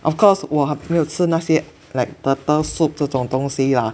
of course 我没有吃那些 like turtle soup 这种东西 lah